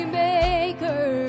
maker